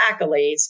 accolades